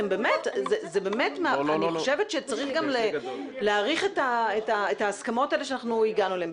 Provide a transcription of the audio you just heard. אני חושבת שצריך גם להעריך את ההסכמות האלה שהגענו אליהן.